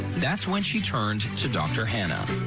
that's when she turned to dr. hannah.